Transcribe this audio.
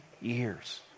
years